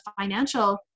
financial